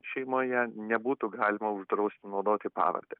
šeimoje nebūtų galima uždrausti naudoti pavardę